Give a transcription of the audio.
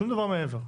שום דבר מעבר.